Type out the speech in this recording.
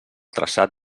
traçat